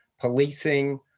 policing